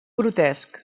grotesc